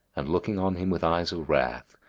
and, looking on him with eyes of wrath,